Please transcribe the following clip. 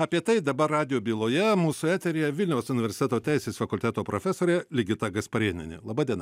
apie tai dabar radijo byloje mūsų eteryje vilniaus universiteto teisės fakulteto profesorė ligita gasparėnienė laba diena